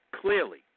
Clearly